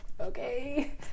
okay